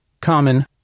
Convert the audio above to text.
common